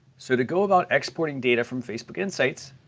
so to go about exporting data from facebook insights,